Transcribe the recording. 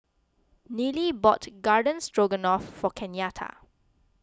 Nealy bought Garden Stroganoff for Kenyatta